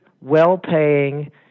well-paying